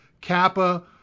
Kappa